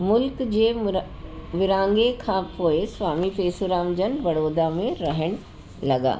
मुल्क जे मुरा विरहांगे खां पोइ स्वामी पेसुराम जन बड़ौदा में रहणु लॻा